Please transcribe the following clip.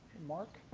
mark?